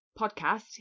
podcast